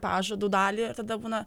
pažadų dalį ir tada būna